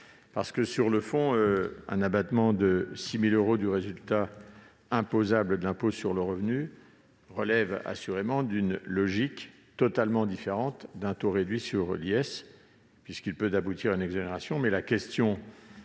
faut être précis. Un abattement de 6 000 euros du résultat imposable de l'impôt sur le revenu relève d'une logique totalement différente d'un taux réduit sur l'IS, puisqu'il peut aboutir à une exonération.